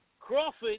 Crawford